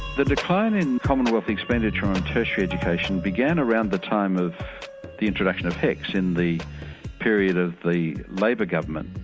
the decline in commonwealth expenditure on tertiary education began around the time of the introduction of hecs in the period of the labor government,